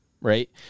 right